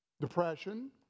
depression